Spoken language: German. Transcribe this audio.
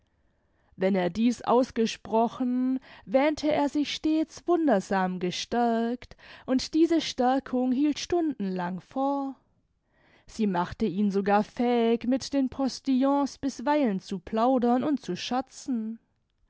wenn er dieß ausgesprochen wähnte er sich stets wundersam gestärkt und diese stärkung hielt stundenlang vor sie machte ihn sogar fähig mit den postillons bisweilen zu plaudern und zu scherzen